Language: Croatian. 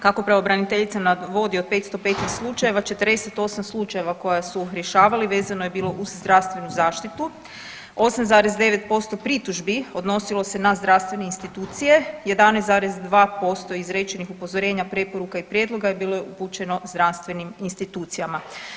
Kako pravobraniteljica navodi od 515 slučajeva 48 slučajeva koja su rješavali vezano je bilo uz zdravstvenu zaštitu, 8,9% pritužbi odnosilo se na zdravstvene institucije, 11,2% izrečenih upozorenja, preporuka i prijedloga je bilo upućeno zdravstvenim institucijama.